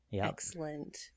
Excellent